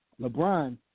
LeBron